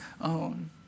own